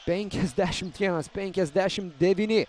penkiasdešim vienas penkiasdešim devyni